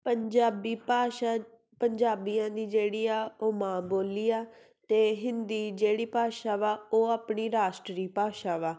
ਪੰਜਾਬੀ ਭਾਸ਼ਾ ਪੰਜਾਬੀਆਂ ਦੀ ਜਿਹੜੀ ਆ ਉਹ ਮਾਂ ਬੋਲੀ ਆ ਅਤੇ ਹਿੰਦੀ ਜਿਹੜੀ ਭਾਸ਼ਾ ਵਾ ਉਹ ਆਪਣੀ ਰਾਸ਼ਟਰੀ ਭਾਸ਼ਾ ਵਾ